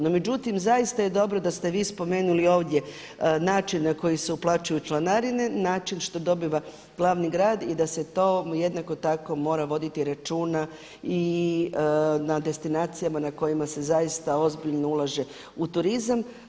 No, međutim zaista je dobro da ste vi spomenuli ovdje način na koji se uplaćuju članarine, način što dobiva glavni grad i da se to mu jednako tako mora voditi računa i na destinacijama na kojima se zaista ozbiljno ulaže u turizam.